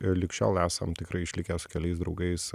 lig šiol esam tikrai išlikę su keliais draugais